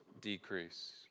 decrease